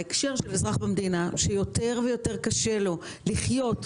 ההקשר של אזרח במדינה הוא שיותר ויותר קשה לו לחיות.